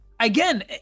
again